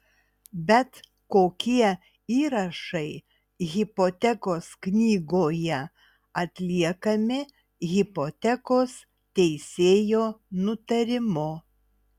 bet kokie įrašai hipotekos knygoje atliekami hipotekos teisėjo nutarimu